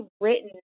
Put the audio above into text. written